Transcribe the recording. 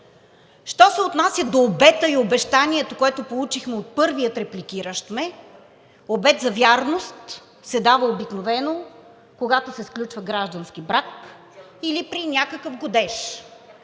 Що се отнася до обета и обещанието, което получихме от първия репликиращ ме – обет за вярност обикновено се дава, когато се сключва граждански брак или при някакъв годеж.